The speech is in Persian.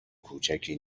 کوچکی